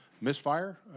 misfire